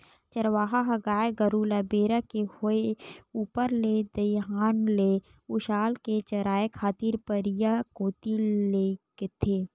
चरवाहा ह गाय गरु ल बेरा के होय ऊपर ले दईहान ले उसाल के चराए खातिर परिया कोती लेगथे